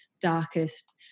darkest